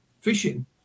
fishing